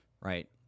right